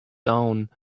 down